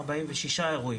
46 אירועים,